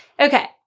Okay